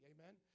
Amen